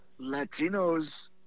Latinos